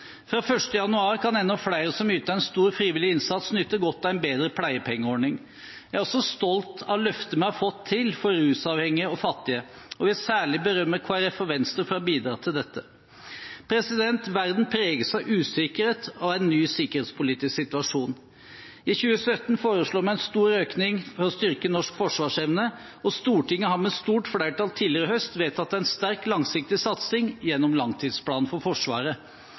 Fra 1. januar kan enda flere som yter en stor frivillig innsats, nyte godt av en bedre pleiepengeordning. Jeg er også stolt av løftet vi har fått til for rusavhengige og fattige, og jeg vil særlig berømme Kristelig Folkeparti og Venstre for å ha bidratt til dette. Verden preges av usikkerhet og av en ny sikkerhetspolitisk situasjon. I 2017 foreslår vi en stor økning for å styrke norsk forsvarsevne, og Stortinget har med stort flertall tidligere i høst vedtatt en sterk langsiktig satsing gjennom langtidsplanen for Forsvaret.